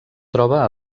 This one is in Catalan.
troba